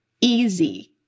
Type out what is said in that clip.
easy